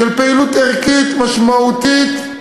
של פעילות ערכית, משמעותית,